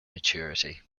maturity